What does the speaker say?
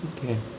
okay